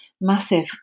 massive